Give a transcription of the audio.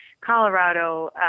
Colorado